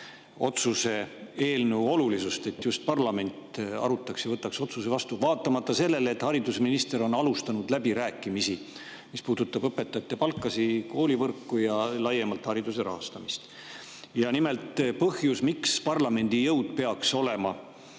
otsuse eelnõu olulisust, et just parlament arutaks ja võtaks otsuse vastu, vaatamata sellele, et haridusminister on alustanud läbirääkimisi, mis puudutab õpetajate palkasid, koolivõrku ja laiemalt hariduse rahastamist. Ja nimelt põhjus, miks parlamendi jõud peaks olema